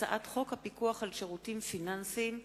הצעת חוק הפיקוח על שירותים פיננסיים (ביטוח)